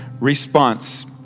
response